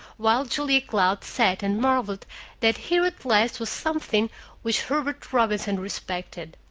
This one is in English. while julia cloud sat and marveled that here at last was something which herbert robinson respected.